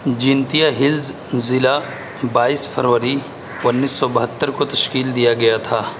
Jaintia Hills ضلع بائیس فروری انیس سو بہتّر کو تشکیل دیا گیا تھا